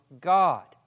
God